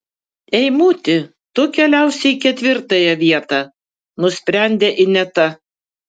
eimuti tu keliausi į ketvirtąją vietą nusprendė ineta